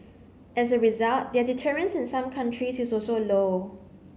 as a result their deterrence in some countries is also low